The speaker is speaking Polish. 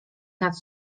nad